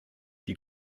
die